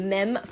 Mem